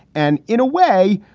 and in a way,